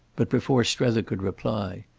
but before strether could reply,